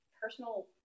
personal